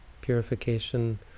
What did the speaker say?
purification